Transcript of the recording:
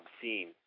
obscene